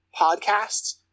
podcasts